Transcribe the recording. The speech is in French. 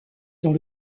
dans